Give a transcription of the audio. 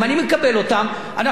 אנחנו ברוב המקרים מצביעים פה-אחד.